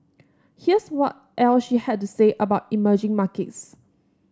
here's what else she had to say about emerging markets